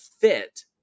fit